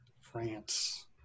France